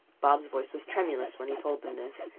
bob's voice was tremulous when he told them this,